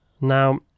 Now